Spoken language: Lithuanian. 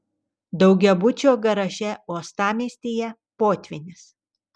daugiabučio garaže uostamiestyje potvynis